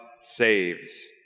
saves